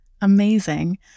Amazing